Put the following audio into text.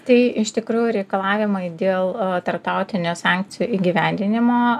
tai iš tikrųjų reikalavimai dėl tarptautinių sankcijų įgyvendinimo